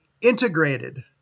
integrated